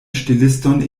ŝteliston